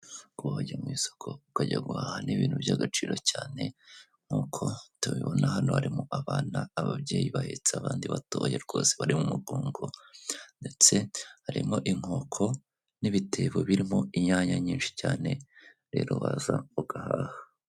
Kuba wajya mw’isoko ukajya guhaha n’ibintu by'agaciro cyane. Nk'uko tubibona hano harimo abana, ababyeyi bahetse abandi batoya rwose bari mu mugongo, ndetse harimo inkoko, n'ibitebo birimo inyanya nyinshi cyane, rero waza ugahaha.